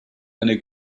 eine